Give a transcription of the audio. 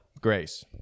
grace